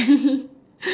then